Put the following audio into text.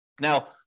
Now